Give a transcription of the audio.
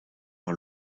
par